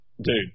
Dude